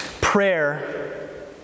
prayer